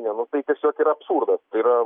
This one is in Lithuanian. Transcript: ne nu tai yra tiesiog absurdas tai yra